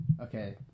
Okay